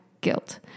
guilt